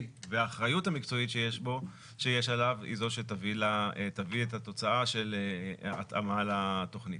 והאחריות המקצועית שיש עליו היא זו שתביא את התוצאה של התאמה לתכנית.